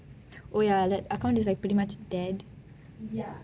o ya that account is like pretty much dead